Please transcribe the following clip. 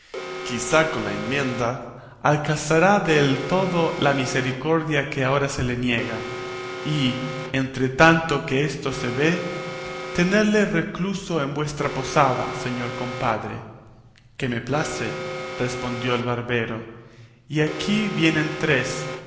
quizá con la emienda alcanzará del todo la misericordia que ahora se le niega y entre tanto que esto se ve tenedle recluso en vuestra posada señor compadre que me place respondió el barbero y aquí vienen tres